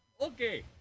okay